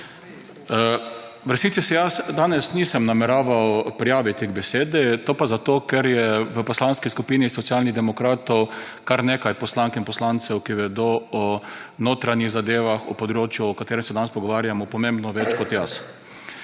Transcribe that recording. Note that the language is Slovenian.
V resnici se danes nisem nameraval prijaviti k besedi. To pa zato, ker je v Poslanski skupini Socialnih demokratov kar nekaj poslank in poslancev, ki vedo o notranjih zadevah, o področju, o katerem se danes pogovarjamo, pomembno več kot jaz.